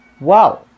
wow